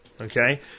Okay